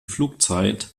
flugzeit